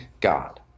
God